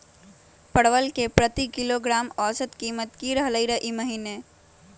परवल के प्रति किलोग्राम औसत कीमत की रहलई र ई महीने?